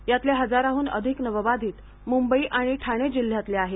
यातले हजाराहून अधिक नवबाधित मुंबई आणि ठाणे जिल्ह्यातले आहेत